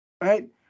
Right